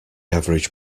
average